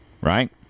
right